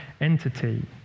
entity